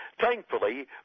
Thankfully